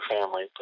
family